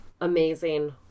amazing